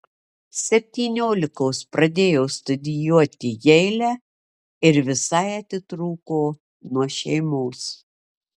septyniolikos pradėjo studijuoti jeile ir visai atitrūko nuo šeimos